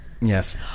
Yes